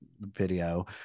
Video